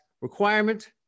requirement